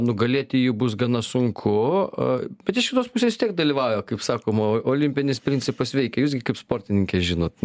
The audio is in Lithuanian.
nugalėti jį bus gana sunku bet iš kitos pusės vis tiek dalyvauja kaip sakoma o olimpinis principas veikia jūs gi kaip sportininkė žinot